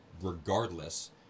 regardless